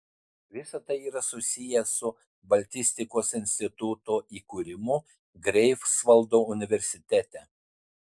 visa tai yra susiję su baltistikos instituto įkūrimu greifsvaldo universitete